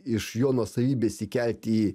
iš jo nuosavybės įkelti į